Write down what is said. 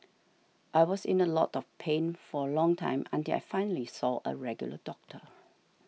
I was in a lot of pain for a long time until I finally saw a regular doctor